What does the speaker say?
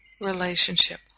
relationship